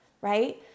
right